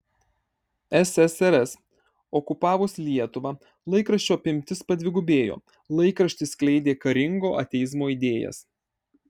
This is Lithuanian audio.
ssrs okupavus lietuvą laikraščio apimtis padvigubėjo laikraštis skleidė karingo ateizmo idėjas